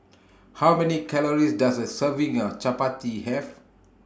How Many Calories Does A Serving of Chapati Have